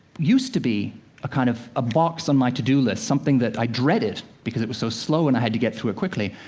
used to be a kind of ah box on my to-do list, something that i dreaded, because it was so slow and i had to get through it quickly.